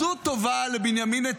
יש עוד מישהו --- תעשו טובה לבנימין נתניהו,